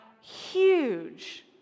huge